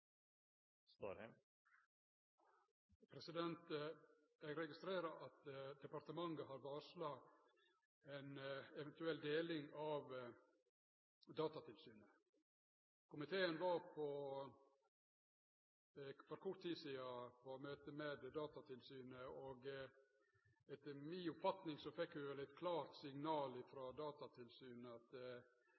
registrerer at departementet har varsla ei eventuell deling av Datatilsynet. Komiteen var for kort tid sidan på møte med Datatilsynet, og etter mi oppfatning fekk vi eit klart signal frå Datatilsynet om at